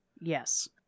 Yes